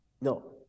no